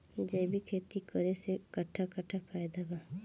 जैविक खेती करे से कट्ठा कट्ठा फायदा बा?